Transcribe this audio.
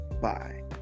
bye